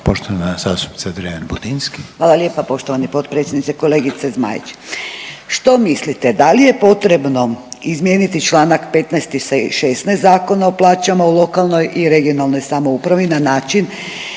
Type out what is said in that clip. poštovani potpredsjedniče. Kolegice Zmaić, što mislite da li je potrebno izmijeniti čl. 15. i 16. Zakona o plaćama u lokalnoj i regionalnoj samoupravi na način